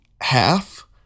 half